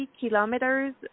kilometers